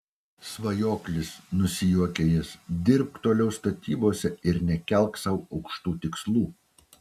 svajoklis nusijuokia jis dirbk toliau statybose ir nekelk sau aukštų tikslų